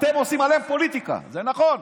אתם עושים עליהם פוליטיקה, זה נכון.